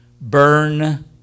burn